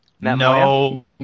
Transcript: No